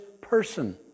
person